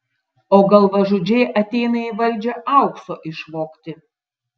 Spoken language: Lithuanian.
o galvažudžiai ateina į valdžią aukso išvogti